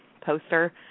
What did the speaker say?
poster